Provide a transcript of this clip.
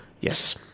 Yes